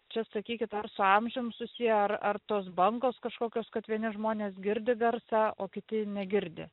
čia sakykit ar su amžium susiję ar ar tos bangos kažkokios kad vieni žmonės girdi garsą o kiti negirdi